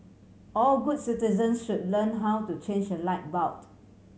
all good citizens should learn how to change a light bulb